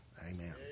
Amen